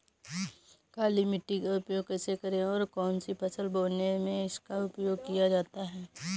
काली मिट्टी का उपयोग कैसे करें और कौन सी फसल बोने में इसका उपयोग किया जाता है?